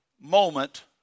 moment